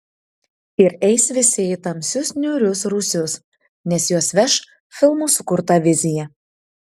ir eis visi į tamsius niūrius rūsius nes juos veš filmų sukurta vizija